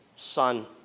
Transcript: son